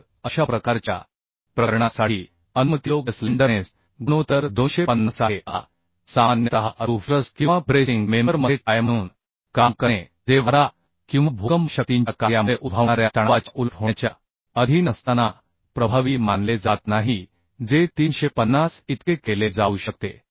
तर अशा प्रकारच्या प्रकरणांसाठी अनुमतीयोग्य स्लेंडरनेस गुणोत्तर 250 आहे आता सामान्यतः रूफ ट्रस किंवा ब्रेसिंग मेंबरमध्ये टाय म्हणून काम करणे जे वारा किंवा भूकंप शक्तींच्या कार्यामुळे उद्भवणाऱ्या तणावाच्या उलट होण्याच्या अधीन असताना प्रभावी मानले जात नाही जे 350 इतके केले जाऊ शकते